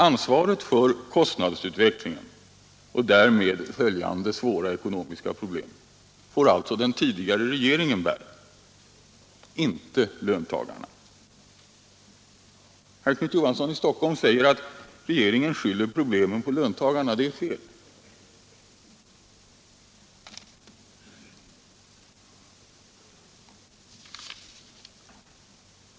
Ansvaret för kostnadsutvecklingen och därmed följande svåra ekonomiska problem får alltså den tidigare regeringen bära, inte löntagarna. Herr Knut Johansson i Stockholm säger att regeringen skyller problemen på löntagarna, men det är fel.